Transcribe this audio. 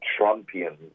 Trumpian